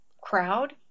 crowd